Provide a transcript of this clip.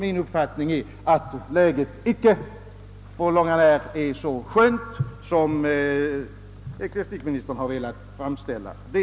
Min uppfattning är dock att läget icke på långt när är så skönt som ecklesiastikministern har velat framställa det.